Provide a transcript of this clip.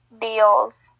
Deals